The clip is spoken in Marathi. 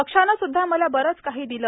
पक्षाने सुद्धा मला बरेच काही दिले